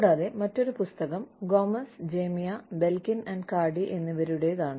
കൂടാതെ മറ്റൊരു പുസ്തകം Gomez Mejia Belkin Cardy Gomez Mejia Belkin and Cardy എന്നിവരുടെതാണ്